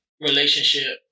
relationship